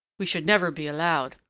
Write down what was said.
we should never be allowed.